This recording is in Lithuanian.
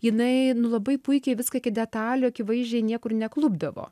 jinai nu labai puikiai viską iki detalių akivaizdžiai niekur neklubdavo